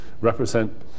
represent